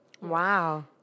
Wow